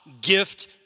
gift